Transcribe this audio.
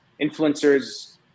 influencers